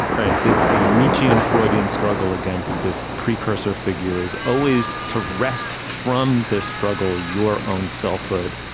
right? the the nietzsche and freudian struggle against this pre-cursor figure is always to rest from this struggle. your own selfhood,